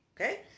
okay